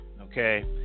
okay